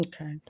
Okay